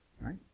right